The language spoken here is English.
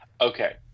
Okay